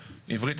עברית,